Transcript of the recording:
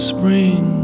Spring